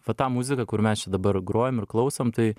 va tą muziką kur mes čia dabar grojam ir klausom tai